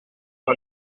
par